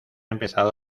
empezado